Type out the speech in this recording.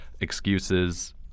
excuses